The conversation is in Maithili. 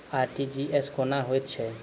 आर.टी.जी.एस कोना होइत छै?